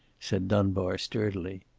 said dunbar, sturdily.